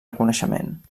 reconeixement